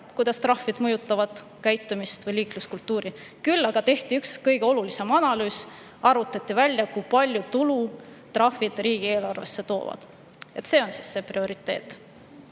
kuidas trahvid mõjutavad käitumist ja liikluskultuuri. Küll aga tehti kõige olulisem analüüs: arvutati välja, kui palju tulu trahvid riigieelarvesse toovad. See on prioriteet.